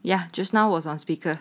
ya just now was on speaker